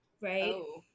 right